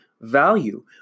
value